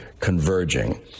converging